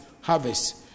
harvest